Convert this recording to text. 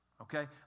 Okay